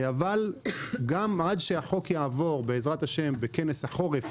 אבל גם עד שהחוק יעבור, בעזרת השם, בכנס החורף